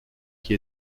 qui